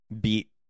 beat